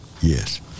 yes